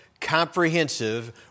comprehensive